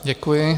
Děkuji.